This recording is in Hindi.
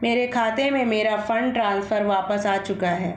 मेरे खाते में, मेरा फंड ट्रांसफर वापस आ चुका है